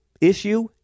issue